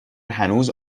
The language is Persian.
هنوز